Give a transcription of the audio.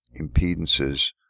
impedances